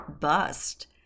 bust